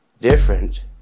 different